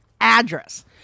address